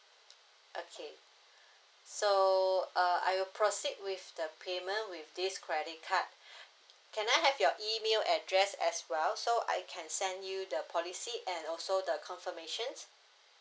okay so uh I will proceed with the payment with this credit card can I have your email address as well so I can send you the policy and also the confirmations